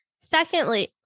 Secondly